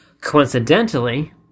Coincidentally